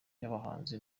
yabahanzi